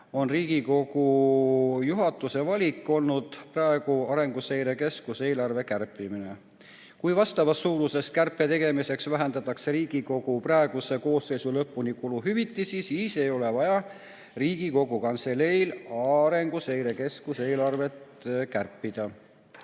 on Riigikogu juhatuse valik olnud Arenguseire Keskuse eelarve kärpimine. Kui vastavas suuruses kärpe tegemiseks vähendatakse Riigikogu praeguse koosseisu lõpuni kuluhüvitisi, siis ei ole Riigikogu Kantseleil vaja Arenguseire Keskuse eelarvet kärpida.